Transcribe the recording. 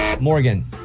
Morgan